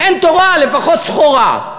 אין תורה, לפחות סחורה.